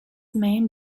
main